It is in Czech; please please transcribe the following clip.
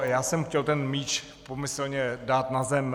Já jsem chtěl ten míč pomyslně dát na zem.